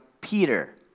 Peter